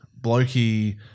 blokey